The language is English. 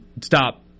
stop